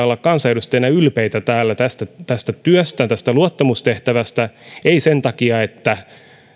olla kansanedustajina ylpeitä täällä tästä tästä työstä tästä luottamustehtävästä ei sen takia että